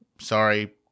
sorry